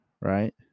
Right